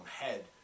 head